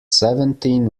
seventeen